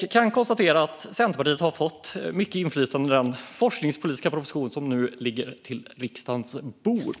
Jag kan konstatera att Centerpartiet har fått mycket inflytande i den forskningspolitiska proposition som nu ligger på riksdagens bord.